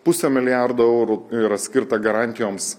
pusė milijardo eurų yra skirta garantijoms